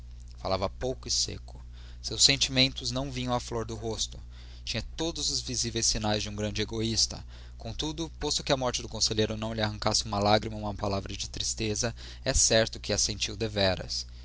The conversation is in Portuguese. falava pouco e seco seus sentimentos não vinham à flor do rosto tinha todos os visíveis sinais de um grande egoísta contudo posto que a morte do conselheiro não lhe arrancasse uma lágrima ou uma palavra de tristeza é certo que a sentiu deveras